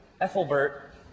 Ethelbert